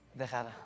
Dejada